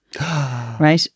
Right